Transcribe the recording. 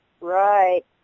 Right